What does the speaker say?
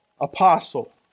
apostle